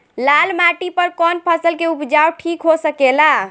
लाल माटी पर कौन फसल के उपजाव ठीक हो सकेला?